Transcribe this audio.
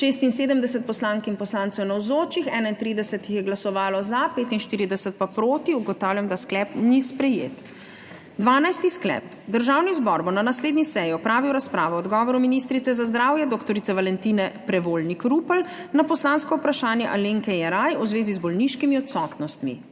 76 poslank in poslancev je navzočih, 31 jih je glasovalo za, 45 proti. (Za je glasovalo 31.) (Proti 45.) Ugotavljam, da sklep ni sprejet. 12. sklep: Državni zbor bo na naslednji seji opravil razpravo o odgovoru ministrice za zdravje dr. Valentine Prevolnik Rupel na poslansko vprašanje Alenke Jeraj v zvezi z bolniškimi odsotnostmi.